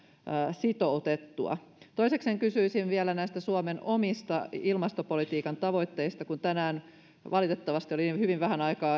sitoutettua toisekseen kysyisin vielä näistä suomen omista ilmastopolitiikan tavoitteista kun tänään valitettavasti oli hyvin vähän aikaa